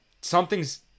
something's –